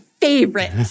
favorite